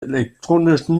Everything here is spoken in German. elektronischen